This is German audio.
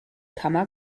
kammer